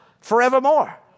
forevermore